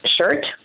shirt